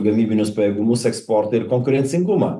gamybinius pajėgumus eksportą ir konkurencingumą